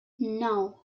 nou